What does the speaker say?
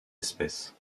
espèces